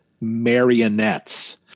marionettes